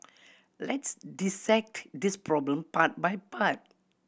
let's dissect this problem part by part